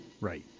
right